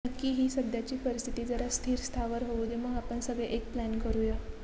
नक्की ही सध्याची परिस्थिती जरा स्थिरस्थावर होऊ दे मग आपण सगळे एक प्लॅन करूया